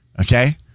Okay